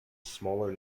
smaller